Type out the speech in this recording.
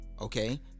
Okay